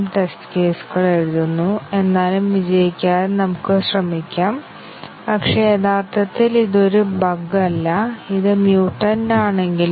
specific വേരിയബിളുകളുടെ ഡെഫിനിഷനും ഉപയോഗവും പ്രോഗ്രാമിലൂടെയുള്ള പാത്തുകളെ ഡിഫയിൻ ചെയ്യുന്നുവെന്ന് ഞാൻ ആവർത്തിക്കട്ടെ